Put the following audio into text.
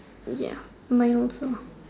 ya mine also